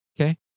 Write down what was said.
Okay